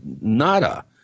nada